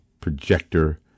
projector